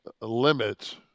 limit